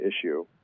issue